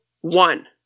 one